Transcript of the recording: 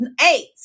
eight